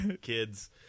Kids